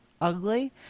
ugly